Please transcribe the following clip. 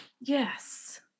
yes